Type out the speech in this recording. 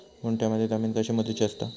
गुंठयामध्ये जमीन कशी मोजूची असता?